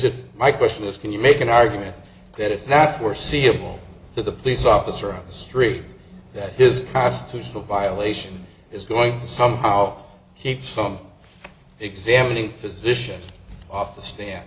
it my question is can you make an argument that it's not foreseeable that the police officer on the street that is constitutional violation is going to somehow heap some examining physicians off the